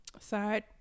Side